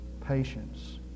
patience